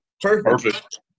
Perfect